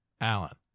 Alan